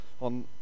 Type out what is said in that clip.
on